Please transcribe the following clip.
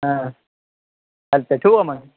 हा चालतं आहे ठेऊ का मग